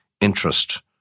interest